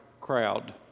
crowd